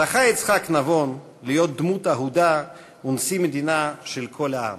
זכה יצחק נבון להיות דמות אהובה ונשיא מדינה של כל העם.